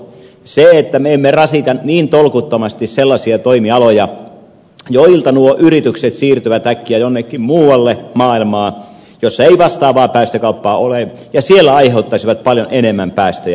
se että me emme rasita niin tolkuttomasti sellaisia toimialoja joilta nuo yritykset siirtyvät äkkiä jonnekin muualle maailmaan missä ei vastaavaa päästökauppaa ole ja siellä aiheuttaisivat paljon enemmän päästöjä